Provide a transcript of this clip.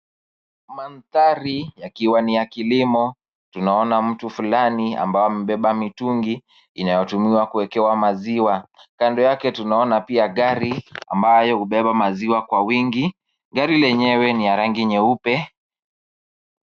Mandhari yakiwa ni ya kilimo. Tunaona mtu fulani ambaye amebeba mtungi inayotumiwa kuwekewa maziwa. Kando yake tunaona pia gari ambayo hubeba maziwa kwa wingi. Gari lenyewe ni ya rangi nyeupe.